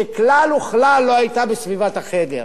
שכלל וכלל לא היתה בסביבת החדר.